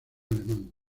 alemán